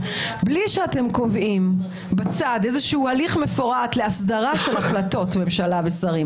בלי שאתם קובעים בצד איזשהו הליך מפורט להסדרה של החלטות ממשלה ושרים